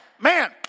man